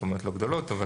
זאת אומרת, לא גדולות אבל